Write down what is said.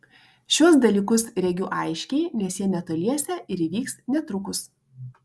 šiuos dalykus regiu aiškiai nes jie netoliese ir įvyks netrukus